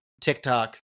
TikTok